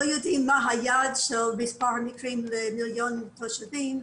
לא יודעים מה היעד של מספר המקרים למיליון תושבים,